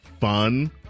fun